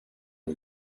who